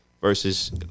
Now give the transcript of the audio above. versus